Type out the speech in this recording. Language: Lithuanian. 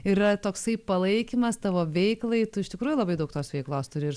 yra toksai palaikymas tavo veiklai tu iš tikrųjų labai daug tos veiklos turi ir